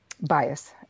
bias